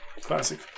Classic